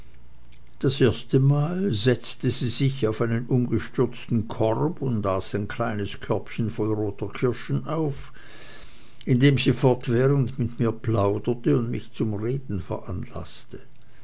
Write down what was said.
das erste mal setzte sie sich auf einen umgestürzten korb und aß ein kleines körbchen voll roter kirschen auf indem sie fortwährend mit mir plauderte und mich zum reden veranlaßte